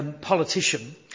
politician